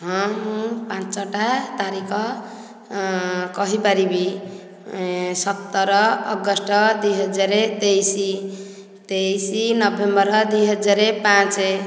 ହଁ ମୁଁ ପାଞ୍ଚଟା ତାରିଖ କହିପାରିବି ସତର ଅଗଷ୍ଟ ଦୁଇ ହଜାର ତେଇଶ ତେଇଶ ନଭେମ୍ବର ଦୁଇ ହଜାର ପାଞ୍ଚ